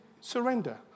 surrender